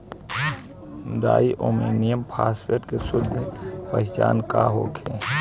Di ammonium phosphate के शुद्ध पहचान का होखे?